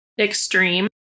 extreme